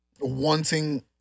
wanting